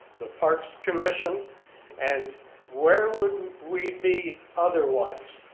the parks commission and where would we be otherwise?